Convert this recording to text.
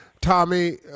Tommy